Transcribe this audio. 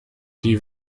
die